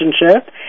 relationship